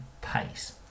pace